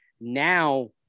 Now